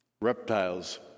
Reptiles